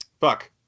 Fuck